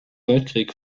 weltkrieg